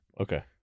Okay